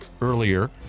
earlier